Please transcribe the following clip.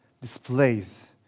displays